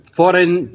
foreign